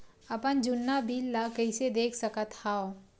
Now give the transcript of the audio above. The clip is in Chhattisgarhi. अपन जुन्ना बिल ला कइसे देख सकत हाव?